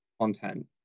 content